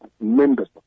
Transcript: members